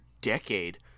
decade